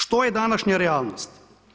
Što je današnja realnost?